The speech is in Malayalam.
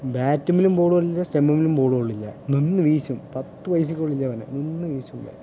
ബാറ്റുമ്മേലും ബോൾ കൊള്ളില്ല സ്റ്റമ്പുമ്മേലും ബോൾ കൊള്ളില്ല നിന്ന് വീശും പത്ത് പൈസയ്ക്ക് കൊള്ളില്ല അവനെ നിന്ന് വീശും